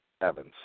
Evans